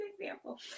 example